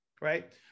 right